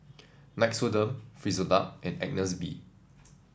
Nixoderm Frisolac and Agnes B